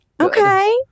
Okay